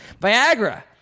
Viagra